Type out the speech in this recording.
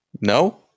No